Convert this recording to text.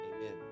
Amen